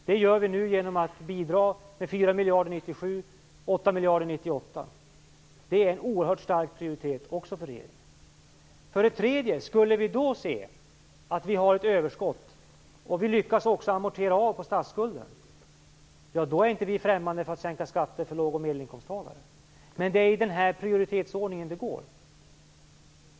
Det gör vi nu genom att bidra med 4 miljarder 1997 och 8 miljarder 1998. Detta är en oerhört stark prioritering för regeringen. För det tredje, om vi då skulle se att vi har ett överskott och att vi har lyckats amortera av på statsskulden, är regeringen inte främmande för att sänka skatter för låg och medelinkomsttagare. Det är den här prioritetsordningen som gäller.